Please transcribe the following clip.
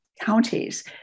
counties